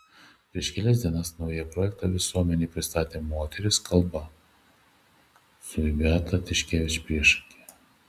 prieš kelias dienas naują projektą visuomenei pristatė moterys kalba su beata tiškevič priešakyje